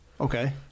Okay